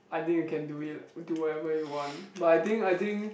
I think you can do it do whatever you want but I think I think